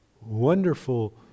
wonderful